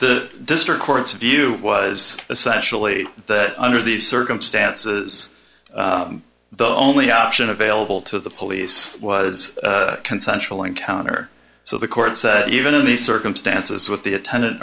the district court's view was essentially that under these circumstances the only option available to the police was consensual encounter so the court said even in these circumstances with the attendant